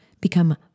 become